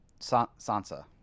Sansa